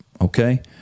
okay